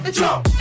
jump